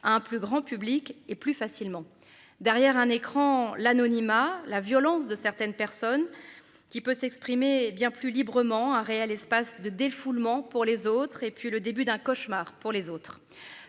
un plus grand public et plus facilement derrière un écran, l'anonymat la violence de certaines personnes qui peut s'exprimer bien plus librement un réel espace de défoulement. Pour les autres et puis le début d'un cauchemar pour les autres.